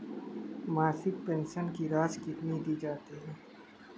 मासिक पेंशन की राशि कितनी दी जाती है?